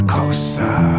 Closer